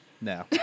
no